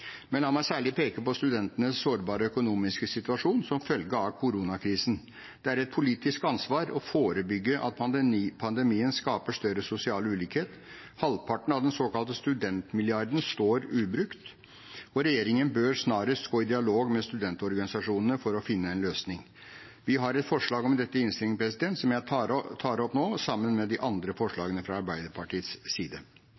men la meg særlig peke på studentenes sårbare økonomiske situasjon som følge av koronakrisen. Det er et politisk ansvar å forebygge at pandemien skaper større sosial ulikhet. Halvparten av den såkalte studentmilliarden står ubrukt, og regjeringen bør snarest gå i dialog med studentorganisasjonene for å finne en løsning. Vi har et forslag om dette i innstillingen som jeg tar opp nå, sammen med de andre